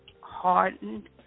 hardened